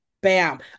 Bam